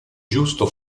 giusto